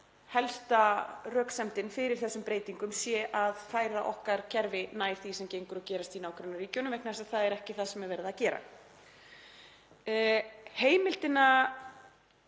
helsta röksemdin fyrir þessum breytingum sé að færa okkar kerfi nær því sem gengur og gerist í nágrannaríkjunum, vegna þess að það er ekki það sem er verið að gera. Heimildina